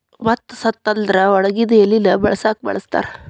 ಮತ್ತ ಸತ್ತ ಅಂದ್ರ ಒಣಗಿದ ಎಲಿನ ಬಿಳಸಾಕು ಬಳಸ್ತಾರ